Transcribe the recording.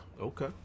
Okay